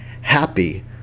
happy